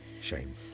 shame